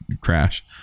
crash